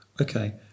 Okay